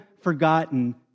forgotten